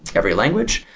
every language.